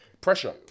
Pressure